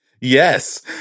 Yes